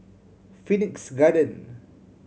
Phoenix Garden